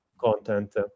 content